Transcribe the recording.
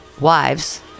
wives